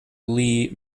lee